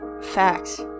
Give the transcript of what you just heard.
Facts